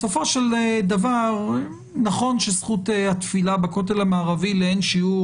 בסופו של דבר נכון שזכות התפילה בכותל המערבי לאין שיעור